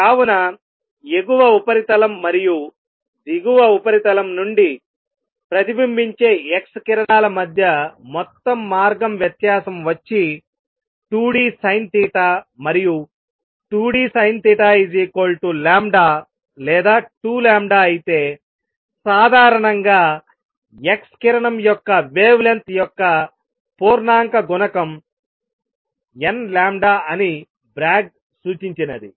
కావున ఎగువ ఉపరితలం మరియు దిగువ ఉపరితలం నుండి ప్రతిబింబించే x కిరణాల మధ్య మొత్తం మార్గం వ్యత్యాసం వచ్చి 2dSinθ మరియు 2dSinθλ లేదా 2 అయితే సాధారణంగా x కిరణం యొక్క వేవ్ లెంగ్థ్ యొక్క పూర్ణాంక గుణకం n అని బ్రాగ్ సూచించినది